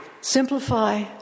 Simplify